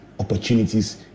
opportunities